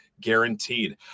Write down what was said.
guaranteed